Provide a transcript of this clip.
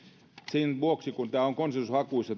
sen vuoksi kun tämä puolustuspolitiikka on konsensushakuista